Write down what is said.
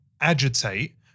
agitate